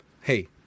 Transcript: hey